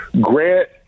Grant